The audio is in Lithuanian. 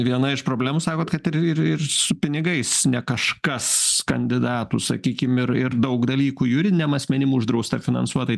viena iš problemų sakot kad ir ir ir su pinigais ne kažkas kandidatų sakykim ir ir daug dalykų juridiniam asmenim uždrausta finansuotai